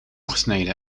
gesneden